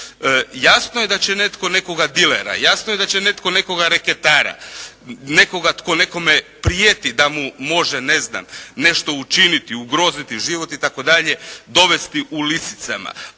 Jasno je da će netko nekoga dilera, jasno je da će netko nekoga reketara, nekoga tko nekome prijeti da mu može, ne znam, nešto učiniti, ugroziti život i tako dalje dovesti u lisicama